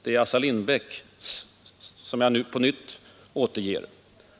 Det är Assar Lindbeck jag citerar.